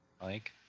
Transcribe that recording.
Mike